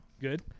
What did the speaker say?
Good